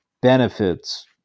benefits